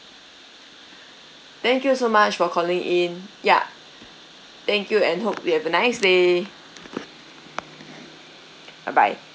thank you so much for calling in ya thank you and hope you have a nice day bye bye